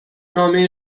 نامه